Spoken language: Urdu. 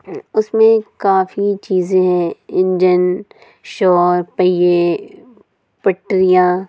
اس میں کافی چیزیں ہیں انجن شوار پہیے پٹریاں